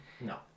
no